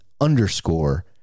underscore